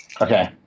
Okay